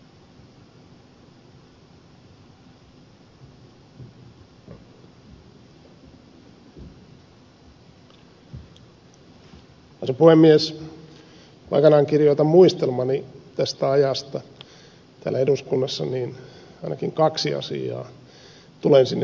kun aikanaan kirjoitan muistelmani ajasta täällä eduskunnassa niin ainakin kaksi asiaa tulen sinne sisällyttämään